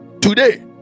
today